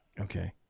Okay